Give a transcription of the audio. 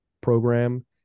program